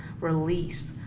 released